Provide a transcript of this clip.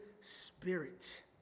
spirit